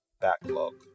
backlog